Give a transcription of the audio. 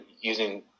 using